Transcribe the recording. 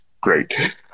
Great